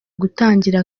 gutangira